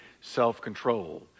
self-control